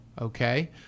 okay